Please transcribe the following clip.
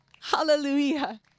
Hallelujah